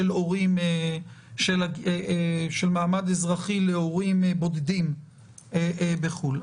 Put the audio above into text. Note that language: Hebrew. של מעמד אזרחי להורים בודדים בחו"ל.